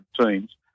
teams